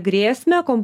grėsmę ko